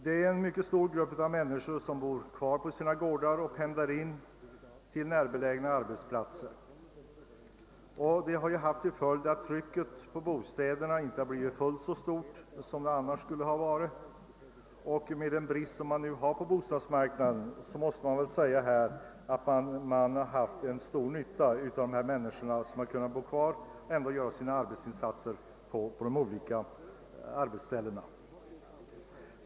Det är en mycket stor grupp av människor som bor kvar på sina gårdar och som pendlar in till närbelägna arbetsplatser på större orter. Detta förhållande har haft till följd att trycket på bo stadsmarknaden inte har blivit fullt så stort som det annars skulle ha blivit. Med den brist på bostadsmarknaden som nu råder måste man väl säga, att man haft större nytta av att dessa människor kunnat bo kvar på sina gårdar och ändå utföra sina arbetsinsatser på de olika arbetsställena.